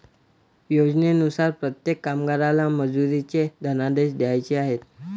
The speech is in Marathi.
योजनेनुसार प्रत्येक कामगाराला मजुरीचे धनादेश द्यायचे आहेत